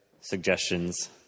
suggestions